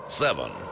seven